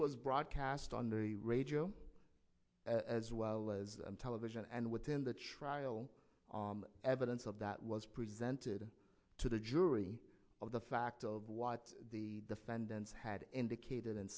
was broadcast on the radio as well as television and within the trial evidence of that was presented to the jury of the fact of what the defendants had indicated and